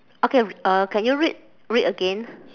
okay r~ uh can you read read again